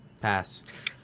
Pass